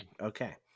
Okay